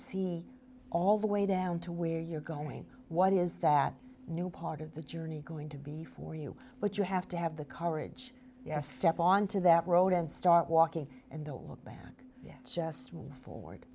see all the way down to where you're going what is that new part of the journey going to be for you but you have to have the courage yes step onto that road and start walking and don't look back just for